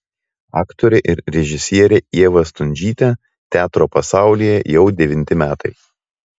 aktorė ir režisierė ieva stundžytė teatro pasaulyje jau devinti metai